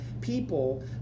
people